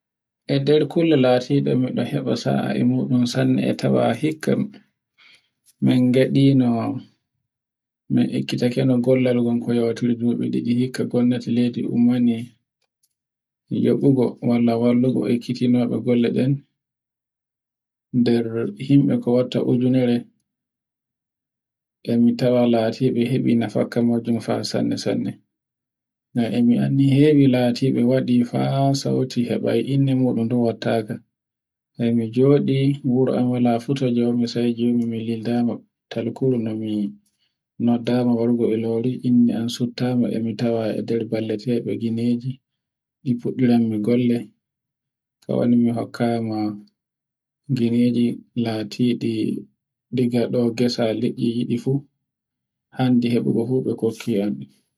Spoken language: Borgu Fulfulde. E nder kulla latide miɗo heba sa'a e muɗum sanne e tawa hikka. Min gaɗino, min ekkitake no gollal kon ko yowtari duɓi ɗiɗi hikka gomnati leydi ummani jabugo walla wallugu ekkitinobe golle ɗen nder himɓe ko watta ujunere, e mi tawa latiɓe heɓi nafakka majum fa sanne sanne. ngam e mi anndi hewi latiɓe faa sauti hebai innaden fu wattaka. hey mi joɗi wuro am wala fu to jawmi sai joni mi lildama e talkure no mi noddama wargo Ilori inde am suttama e mi tawan e nder balletebe gineji. ɗi fuɗɗirai mi golle ka woni mi hokkama gineji latiɗi ɗigga ɗo gesa liɗɗi yiɗi fu hande hebugo fu be kokkiyan ɗu.